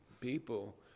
people